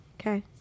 Okay